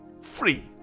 free